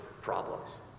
problems